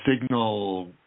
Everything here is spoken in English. signal